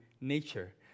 nature